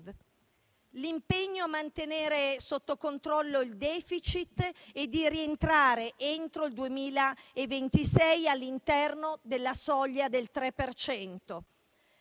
L'impegno a mantenere sotto controllo il *deficit* e a rientrare entro il 2026 all'interno della soglia del 3